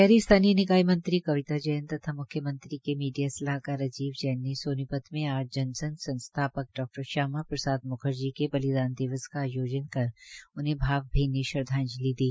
शहरी स्थानीय निकाय मंत्री कविता जैन तथा म्ख्यमंत्री के मीडिया सलाहकार राजीव जैन ने सोनीपत में आज जनसंघ संस्थापक डा श्यामा प्रसाद म्खर्जी के बलिदान दिवस का आयोजन कर उन्हें भावभीनी श्रद्वांजलि दी